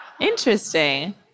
Interesting